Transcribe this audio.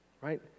right